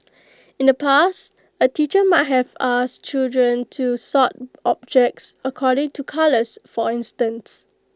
in the past A teacher might have asked children to sort objects according to colours for instance